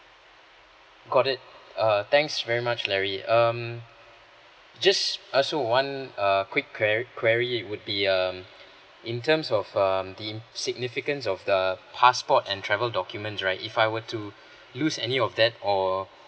got it uh thanks very much larry um just also one err quick que~ query would be um in terms of um the significance of the passport and travel documents right if I were to lose any of that or